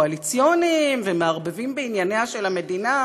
קואליציוניים ומערבבים בענייניה של המדינה,